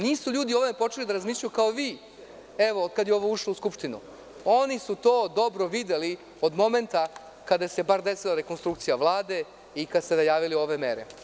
Nisu ljudi ovde počeli da razmišljaju kao vi, evo od kada je ovo ušlo u Skupštinu, oni su to dobro videli od momenta kada se bar desila rekonstrukcija Vlade i kada ste najavili ove mere.